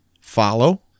Follow